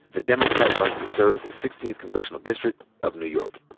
the democrat running to serve the sixteenth congressional district of new york.